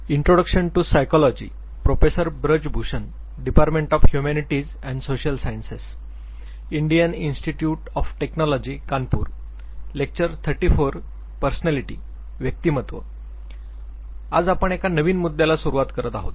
आज आपण एका नवीन मुद्द्याला सुरुवात करत आहोत